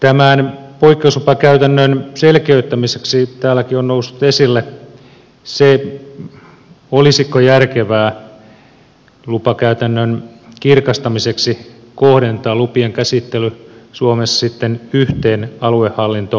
tämän poikkeuslupakäytännön selkeyttämiseksi täälläkin on noussut esille se olisiko järkevää lupakäytännön kirkastamiseksi kohdentaa lupien käsittely suomessa yhteen aluehallintovirastoon